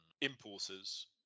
importers